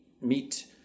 meet